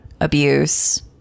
abuse